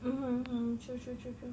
mmhmm hmm true true true true